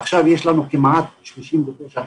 עכשיו יש לנו כמעט 39,000